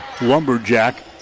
lumberjack